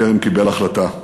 בטרם קיבל החלטה.